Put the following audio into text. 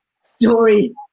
story